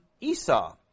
Esau